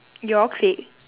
your clique